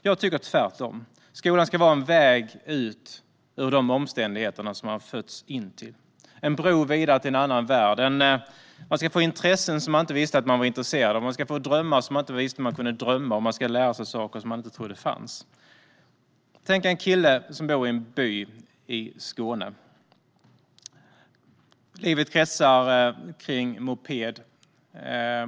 Jag tycker tvärtom. Skolan ska vara en väg ut ur de omständigheter som man har fötts in i - en bro vidare till en annan värld. Man ska få intressen som man inte visste att man hade. Man ska få drömmar som man inte visste att man kunde ha, och man ska lära sig saker man inte trodde fanns. Tänk er en kille som bor i en by i Skåne. Hans liv kretsar kring en moped.